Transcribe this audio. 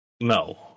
No